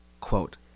quote